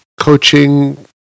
coaching